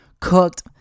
cooked